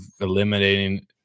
eliminating